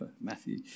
Matthew